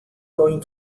going